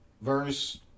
verse